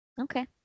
Okay